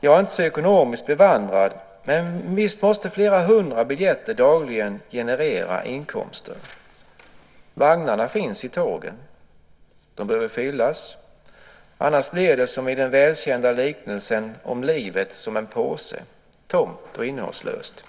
Jag är inte så ekonomiskt bevandrad, men visst måste flera hundra biljetter dagligen generera inkomster? Vagnarna finns i tågen, och de behöver fyllas. Annars blir det som i den välkända liknelsen om livet som en påse: tomt och innehållslöst.